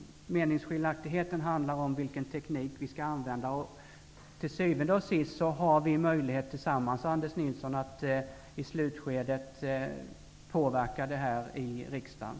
Meningsskiljaktigheten gäller vilken teknik vi skall använda. Till syvende och sist har vi möjlighet att tillsammans, Anders Nilsson, påverka det här i riksdagen.